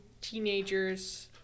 teenagers